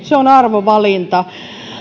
se on arvovalinta